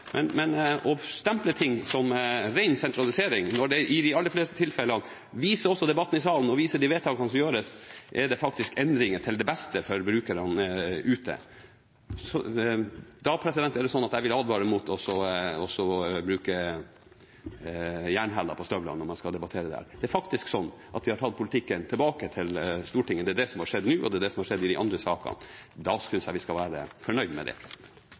å stemple ting som ren sentralisering når det i de aller fleste tilfellene, det viser også debatten i salen og de vedtakene som gjøres, faktisk er endringer til det beste for brukerne ute. Da vil jeg advare mot å bruke jernhæler på støvlene når man skal debattere dette. Det er faktisk sånn at vi har tatt politikken tilbake til Stortinget. Det er det som har skjedd nå, og det er det som har skjedd i de andre sakene, og da synes jeg vi skal være fornøyd med det.